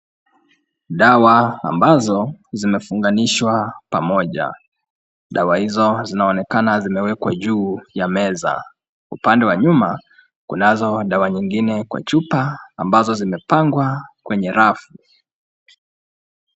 Dawa ambazo zimefunganishwa pamoja. Dawa hizo zinaonekana zimewekwa juu ya meza. Upande wa nyuma, kunazo dawa nyingine kwa chupa ambazo zimepangwa kwenye rafu.